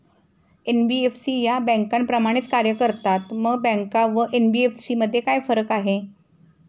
NBFC या बँकांप्रमाणेच कार्य करतात, मग बँका व एन.बी.एफ.सी मध्ये काय फरक आहे?